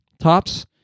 tops